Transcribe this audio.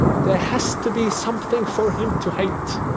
there has to be something for him to hate.